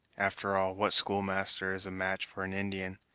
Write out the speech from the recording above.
after all, what schoolmaster is a match for an indian,